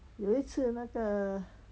有一次那个